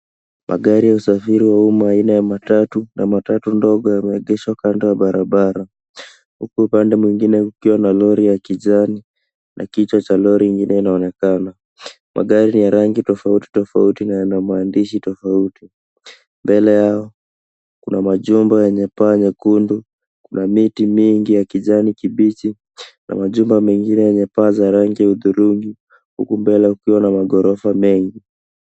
Magari ya usafiri wa umma aina ya matatu na matatu ndogo yameegeshwa kando ya barabara huku upande mwingine ukiwa na lori ya kijani na kichwa cha lori ingine inaonekana. Malori ya rangi tofauti tofauti na yana maandishi tofauti. Mbele yao kuna majumba yenye paa nyekundu, kuna miti mingi ya kijani kibichi na majumba mengine yenye paa za hudhurungi huku mbele kukiwa na maghorofa mengi.